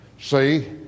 See